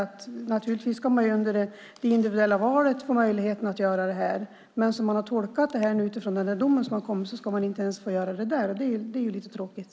Under det individuella valet ska man naturligtvis få möjlighet att göra detta, men som man har tolkat den dom som har kommit ska man inte ens få göra det där. Det är lite tråkigt.